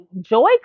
Joy